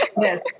yes